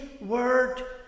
word